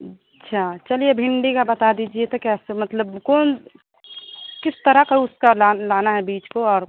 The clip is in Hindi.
अच्छा चलिए भिंडी का बता दीजिए तो कैसे मतलब कौन किस तरह का उसका लाना है बीज को और